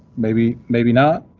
maybe, maybe not,